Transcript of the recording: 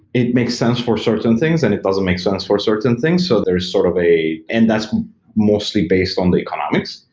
it makes sense for certain things and it doesn't make sense for certain things. so there's sort of a and that's mostly based on the economics.